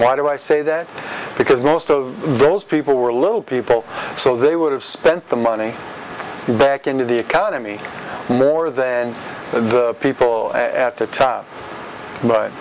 why do i say that because most of those people were little people so they would have spent the money back into the economy more than the people at the top